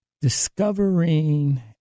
discovering